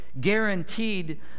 guaranteed